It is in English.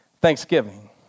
thanksgiving